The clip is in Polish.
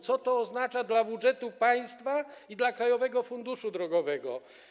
Co to oznacza dla budżetu państwa i dla Krajowego Funduszu Drogowego?